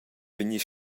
vegnir